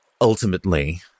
Ultimately